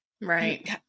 Right